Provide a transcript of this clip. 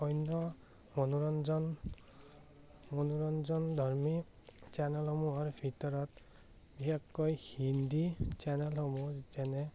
অন্য মনোৰঞ্জন মনোৰঞ্জনধৰ্মী চেনেলসমূহৰ ভিতৰত বিশেষকৈ হিন্দী চেনেলসমূহ যেনে